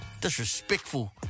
Disrespectful